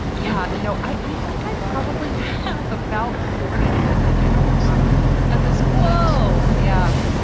yeah. no, i think i probably have about forty to fifty gowns at this point. oh, yeah.